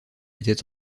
était